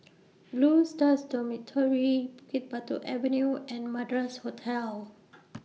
Blue Stars Dormitory Bukit Batok Avenue and Madras Hotel